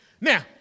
Now